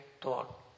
thought